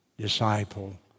disciple